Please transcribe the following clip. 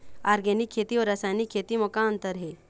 Organic खेती अउ रासायनिक खेती म का अंतर हे?